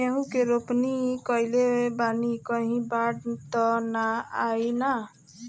गेहूं के रोपनी कईले बानी कहीं बाढ़ त ना आई ना?